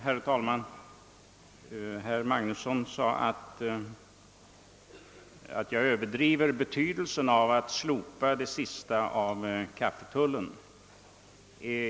Herr talman! Herr Magnusson i Borås sade att jag överdrev betydelsen av slopandet av den återstående kaffetullen.